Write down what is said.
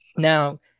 Now